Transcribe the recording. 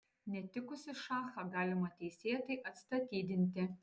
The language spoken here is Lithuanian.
netikusį šachą galima teisėtai atstatydinti